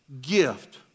gift